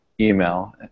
email